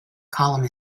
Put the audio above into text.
column